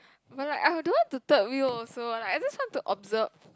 but like I don't want to third wheel also like I just want to observe